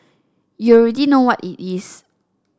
you already know what it is